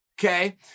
Okay